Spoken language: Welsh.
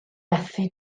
methu